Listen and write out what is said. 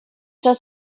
das